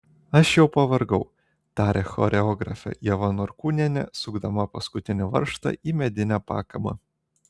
aš jau pavargau tarė choreografė ieva norkūnienė sukdama paskutinį varžtą į medinę pakabą